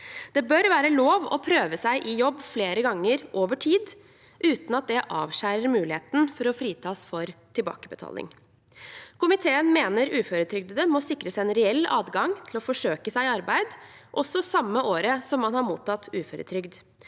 Det bør være lov å prøve seg i jobb flere ganger over tid uten at det avskjærer muligheten for å fritas for tilbakebetaling. Komiteen mener uføretrygdede må sikres en reell adgang til å forsøke seg i arbeid, også samme året som man har mottatt uføre trygd.